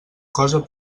cosa